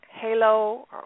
halo